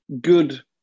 good